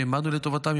שהעמדנו לטובתם,